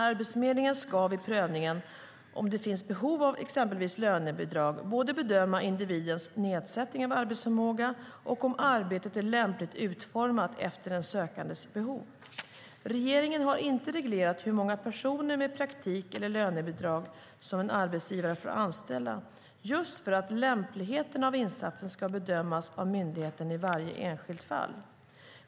Arbetsförmedlingen ska, vid prövningen av om det finns behov av exempelvis lönebidrag, bedöma både individens nedsättning av arbetsförmåga och om arbetet är lämpligt utformat efter den sökandes behov. Regeringen har inte reglerat hur många personer med praktik eller lönebidrag som en arbetsgivare får anställa just för att lämpligheten av insatsen ska bedömas av myndigheten i varje enskilt fall.